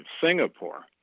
Singapore